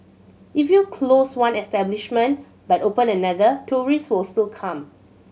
if you close one establishment but open another tourists will still come